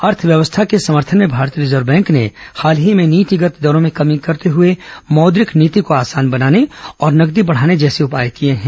अर्थव्यवस्था के समर्थन में भारतीय रिजर्व बैंक ने हाल ही में नीतिगत दरों में कमी करते हुए मौद्रिक नीति को आसान बनाने और नकदी बढ़ाने जैसे उपाय किये हैं